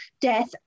death